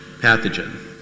pathogen